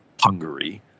Hungary